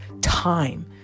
time